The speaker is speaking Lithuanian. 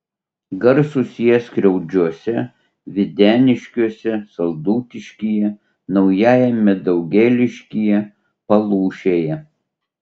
garsūs jie skriaudžiuose videniškiuose saldutiškyje naujajame daugėliškyje palūšėje